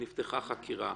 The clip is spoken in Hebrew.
נפתחה חקירה,